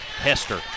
Hester